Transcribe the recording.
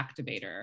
activator